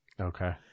Okay